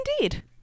Indeed